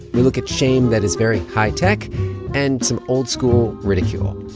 we look at shame that is very high tech and some old-school ridicule.